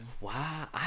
wow